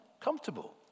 comfortable